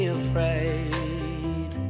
afraid